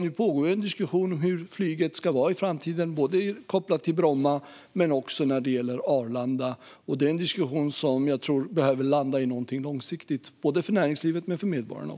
Nu pågår det en diskussion om flygets framtid på såväl Bromma som Arlanda, och denna diskussion behöver landa i något långsiktigt för både näringslivet och medborgarna.